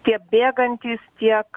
tie bėgantys tiek